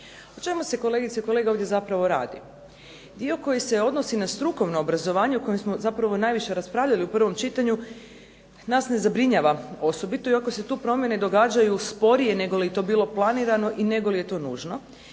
O čemu se kolegice i kolege ovdje zapravo radi? Dio koji se odnosi na strukovno obrazovanje o kojem smo zapravo najviše raspravljali u prvom čitanju nas ne zabrinjava osobito, iako se tu promjene događaju sporije nego li je to bilo planirano i nego li je to nužno.